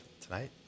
tonight